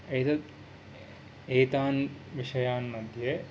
एतत् एतान् विषयान् मध्ये